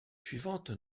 suivante